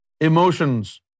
emotions